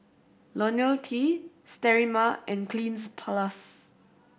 Ionil T Sterimar and Cleanz Plus